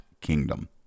kingdom